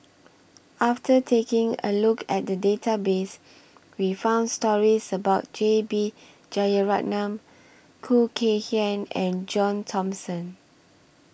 after taking A Look At The Database We found stories about J B Jeyaretnam Khoo Kay Hian and John Thomson